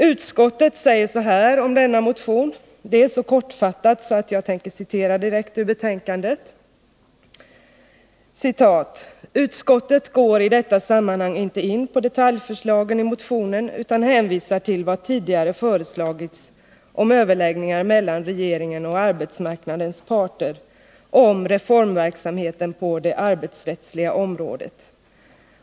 Utskottet säger så här om denna motion — det är så kortfattat att jag tänker citera direkt ur betänkandet: ”Utskottet går i detta sammanhang inte in på detaljförslagen i motionen utan hänvisar till vad tidigare föreslagits om överläggningar mellan regeringen och arbetsmarknadens parter om reformverksamheten på det arbetsrättsliga området.